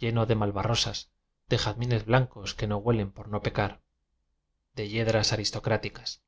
lleno de malva rrosas de jazmines blancos que no huelen por no pecar de yedras aristocráticas